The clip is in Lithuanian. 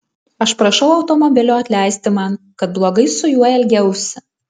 aš prašau automobilio atleisti man kad blogai su juo elgiausi